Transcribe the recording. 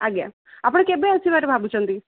ଆଜ୍ଞା ଆପଣ କେବେ ଆସିବାର ଭାବୁଛନ୍ତି